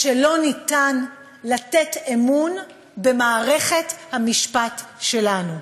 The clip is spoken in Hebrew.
שאין אפשרות לתת אמון במערכת המשפט שלנו.